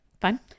fine